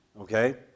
okay